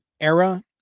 era